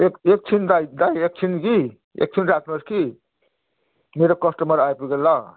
एक एकछिन दाइ दाइ एकछिन कि एकछिन राख्नुहोस् कि मेरो कस्टमर आइपुग्यो ल